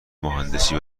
مهندسی